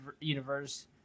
universe